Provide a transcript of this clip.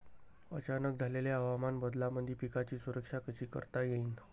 अचानक झालेल्या हवामान बदलामंदी पिकाची सुरक्षा कशी करता येईन?